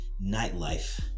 Nightlife